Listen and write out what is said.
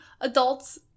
adults